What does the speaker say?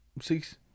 Six